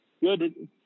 good